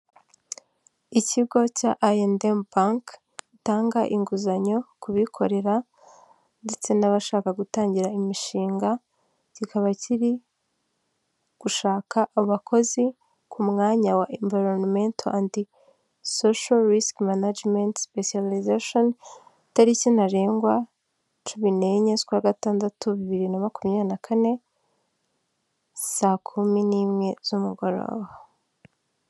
Ikigo cya ayi endi emu banke gitanga inguzanyo ku bikorera ndetse n'abashaka gutangira imishinga, kikaba kiri gushaka abakozi ku mwanya wa emvironimento andi sosho risike managimenti sipesiyarizashoni, itariki ntarengwa, cumi n'enye zukwa gatandatu bibiri na makumyabiri na kane, saa kumi n'imwe z'umugoroba.